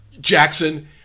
Jackson